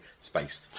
space